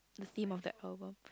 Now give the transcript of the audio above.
the theme of the album